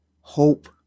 hope